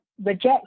reject